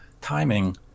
timing